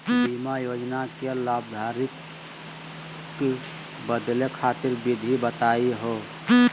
बीमा योजना के लाभार्थी क बदले खातिर विधि बताही हो?